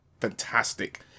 fantastic